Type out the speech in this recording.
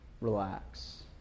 relax